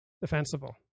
defensible